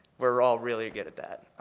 we're all really good at that.